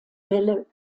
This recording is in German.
wälle